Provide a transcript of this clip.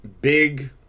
big